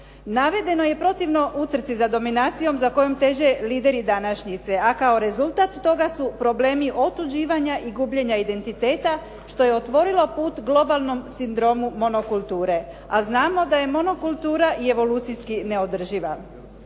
Navedeno je protivno utrci za dominacijom za kojom teže lideri današnjice a kao rezultat toga su problemi otuđivanja i gubljenja identiteta što je otvorilo put globalnom sindromu monokulture a znamo da je monokultura i evolucijski neodrživa.